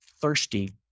thirsty